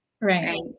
Right